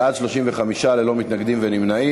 בעד, 35, ללא מתנגדים ונמנעים.